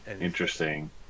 Interesting